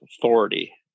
authority